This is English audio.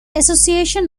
association